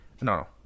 no